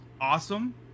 awesome